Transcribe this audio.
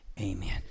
Amen